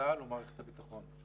צה"ל ומערכת הביטחון.